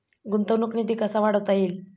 गुंतवणूक निधी कसा वाढवता येईल?